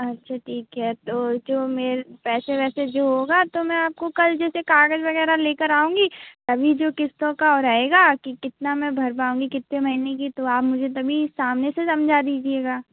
अच्छा ठीक है तो जो मैं पैसे वैसे जो होगा तो मैं आपको कल जैसे कागज़ वग़ैरह लेकर आऊँगी तभी जो किस्तों का रहेगा कि कितना मैं भर पाऊँगी कितने महीने की तो आप मुझे तभी सामने से समझा दीजिएगा